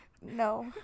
No